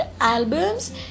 albums